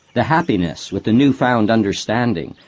the happiness with the new found understanding,